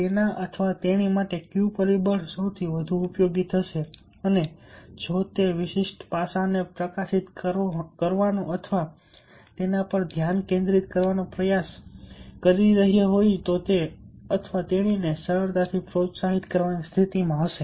તેના અથવા તેણી માટે કયું પરિબળ ઉપયોગી થશે અને જો તે તે વિશિષ્ટ પાસાને પ્રકાશિત કરવાનો અથવા તેના પર ધ્યાન કેન્દ્રિત કરવાનો પ્રયાસ કરી રહ્યો છે તો તે તેને અથવા તેણીને સરળતાથી પ્રોત્સાહિત કરવાની સ્થિતિમાં હશે